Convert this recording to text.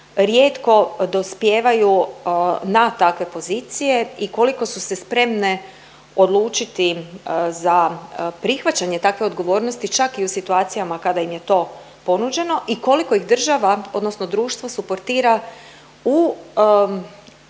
rijetko dospijevaju na takve pozicije i koliko su se spremne odlučiti za prihvaćanje takve odgovornosti čak i u situacijama kada im je to ponuđeno i koliko ih država odnosno društvo suportira u